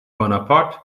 bonaparte